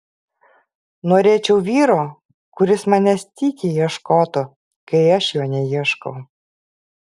norėčiau vyro kuris manęs tykiai ieškotų kai aš jo neieškau